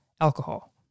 Alcohol